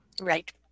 Right